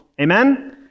Amen